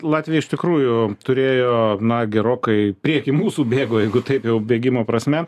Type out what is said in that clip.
latvija iš tikrųjų turėjo na gerokai prieky mūsų bėgo jeigu taip jau bėgimo prasme